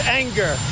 anger